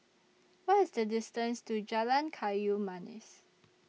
What IS The distance to Jalan Kayu Manis